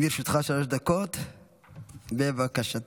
לרשותך שלוש דקות, בבקשה.